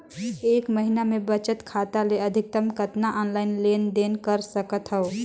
एक महीना मे बचत खाता ले अधिकतम कतना ऑनलाइन लेन देन कर सकत हव?